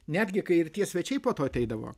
netgi kai ir tie svečiai po to ateidavo